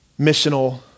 missional